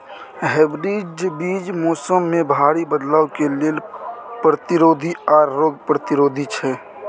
hybrid बीज मौसम में भारी बदलाव के लेल प्रतिरोधी आर रोग प्रतिरोधी छै